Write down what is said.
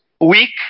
weak